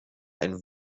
ein